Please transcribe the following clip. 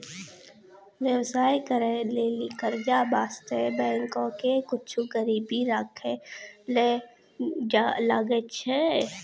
व्यवसाय करै लेली कर्जा बासतें बैंको के कुछु गरीबी राखै ले लागै छै